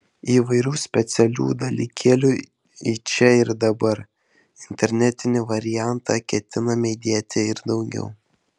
įvairių specialių dalykėlių į čia ir dabar internetinį variantą ketiname įdėti ir daugiau